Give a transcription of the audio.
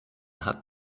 hat